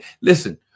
Listen